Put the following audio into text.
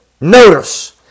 Notice